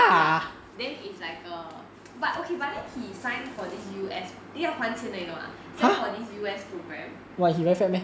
ya then it's like a but okay but then he sign for this U_S 又要还钱你懂吗 just for this U_S program